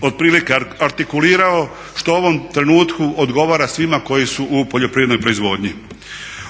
otprilike artikulirao što u ovom trenutku odgovara svima koji su u poljoprivrednoj proizvodnji.